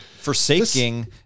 forsaking